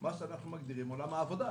מה שאנחנו מגדירים כעולם העבודה?